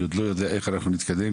אני עדיין לא יודע איך אנחנו מתקדמים,